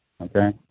okay